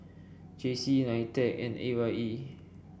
J C Nitec and A Y E